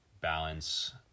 balance